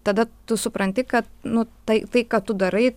tada tu supranti kad nu tai tai ką tu darai